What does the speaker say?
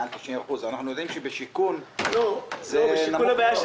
מעל 90%. אנחנו יודעים שבשיכון זה נמוך מאוד.